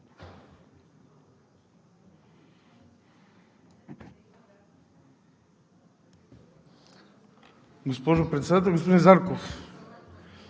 Госпожо Председател! Господин Зарков,